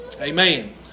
Amen